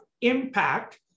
impact